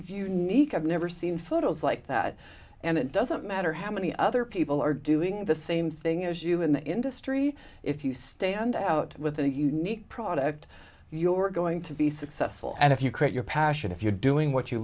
need i've never seen photos like that and it doesn't matter how many other people are doing the same thing as you in the industry if you stand out with a unique product you are going to be successful and if you create your passion if you're doing what you